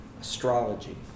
Astrology